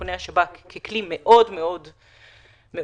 באיכוני השב"כ ככלי מאוד מאוד בעייתי.